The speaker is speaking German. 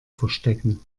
verstecken